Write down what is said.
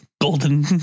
golden